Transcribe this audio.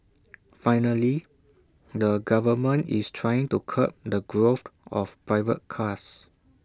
finally the government is trying to curb the growth of private cars